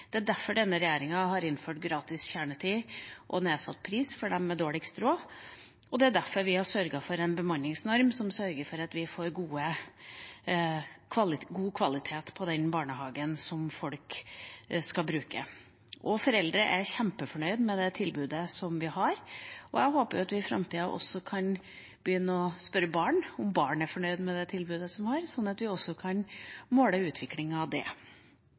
Det er derfor denne regjeringa har innført gratis kjernetid og nedsatt pris for dem med dårligst råd. Det er også derfor vi har sørget for en bemanningsnorm som sikrer at vi får god kvalitet på den barnehagen folk skal bruke. Og foreldre er kjempefornøyde med det tilbudet vi har. Jeg håper at vi i framtida også kan begynne å spørre barn om de er fornøyde med det tilbudet de har, slik at vi også kan måle utviklingen av det.